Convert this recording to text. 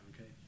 okay